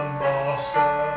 master